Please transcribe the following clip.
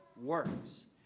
works